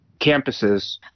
campuses